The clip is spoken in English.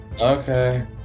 Okay